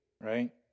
right